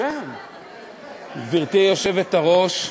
גברתי היושבת-ראש,